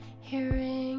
hearing